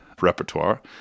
repertoire